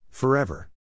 Forever